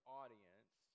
audience